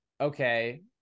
Okay